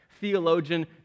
Theologian